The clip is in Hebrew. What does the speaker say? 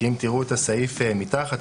כי אם תראו את הסעיף מתחת,